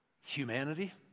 humanity